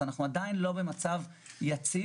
כך שאנחנו עדיין לא במצב יציב.